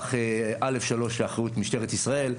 מערך א/3 לאחריות משטרת ישראל,